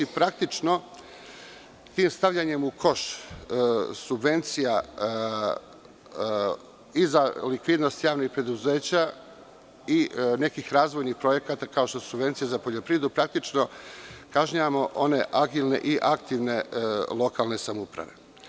Praktično, stavljanjem u koš subvencija i za likvidnost javnih preduzeća i nekih razvojnih projekata kao što su subvencije za poljoprivredu, praktično kažnjavamo one agilne i aktivne lokalne samouprave.